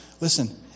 Listen